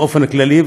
באופן כללי,